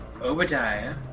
Obadiah